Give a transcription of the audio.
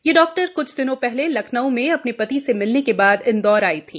यह डॉक्टर क्छ दिनों पहले लखनऊ में अपने पति से मिलने के बाद इंदौर आई थी